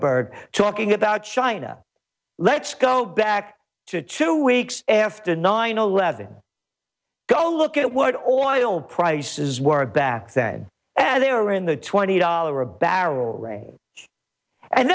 bird talking about china let's go back to two weeks after nine eleven go look at what oil prices were back then and they were in the twenty dollar a barrel range and